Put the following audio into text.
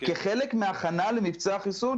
כחלק מההכנה למבצע החיסון,